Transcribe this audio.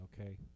okay